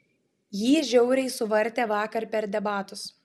jį žiauriai suvartė vakar per debatus